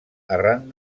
arran